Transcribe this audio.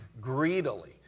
greedily